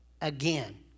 again